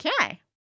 Okay